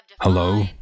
Hello